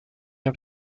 der